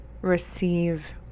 receive